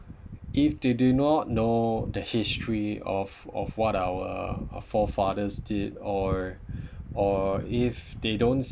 if they do not know the history of of what our forefathers did or or if they don't